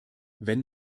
wenn